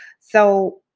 so